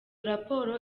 raporo